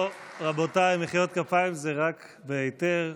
רבותיי, מחיאות כפיים זה רק בהיתר.